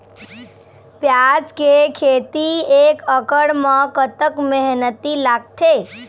प्याज के खेती एक एकड़ म कतक मेहनती लागथे?